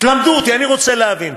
תלמדו אותי, אני רוצה להבין.